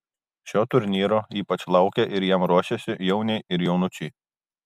šio turnyro ypač laukia ir jam ruošiasi jauniai ir jaunučiai